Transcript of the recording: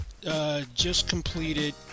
just-completed